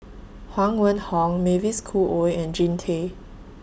Huang Wenhong Mavis Khoo Oei and Jean Tay